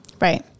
Right